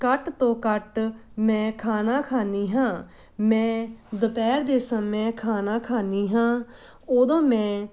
ਘੱਟ ਤੋਂ ਘੱਟ ਮੈਂ ਖਾਣਾ ਖਾਂਦੀ ਹਾਂ ਮੈਂ ਦੁਪਹਿਰ ਦੇ ਸਮੇਂ ਖਾਣਾ ਖਾਂਦੀ ਹਾਂ ਉਦੋਂ ਮੈਂ